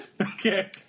Okay